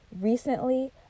Recently